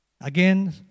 Again